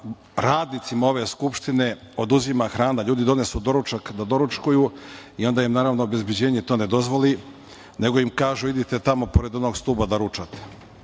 radnicima ove Skupštine oduzima hrana, ljudi donesu doručak da doručkuju i onda im obezbeđenje to ne dozvoli, nego im kažu – idite tamo pored onog stuba da ručate.